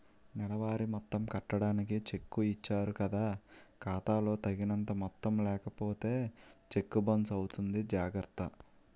నెలవారీ మొత్తం కట్టడానికి చెక్కు ఇచ్చారు కదా ఖాతా లో తగినంత మొత్తం లేకపోతే చెక్కు బౌన్సు అవుతుంది జాగర్త